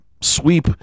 sweep